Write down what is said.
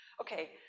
okay